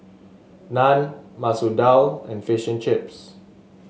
Naan Masoor Dal and Fish and Chips